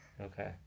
Okay